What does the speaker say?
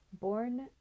born